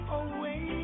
away